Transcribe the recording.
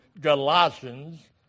Galatians